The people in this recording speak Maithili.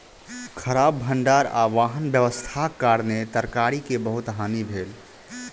खराब भण्डार आ वाहन व्यवस्थाक कारणेँ तरकारी के बहुत हानि भेल